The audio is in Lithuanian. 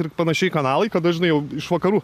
ir panašiai kanalai kada žinai jau iš vakarų